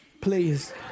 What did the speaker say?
Please